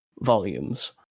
volumes